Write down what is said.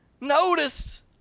noticed